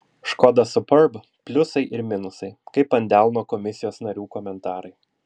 škoda superb pliusai ir minusai kaip ant delno komisijos narių komentarai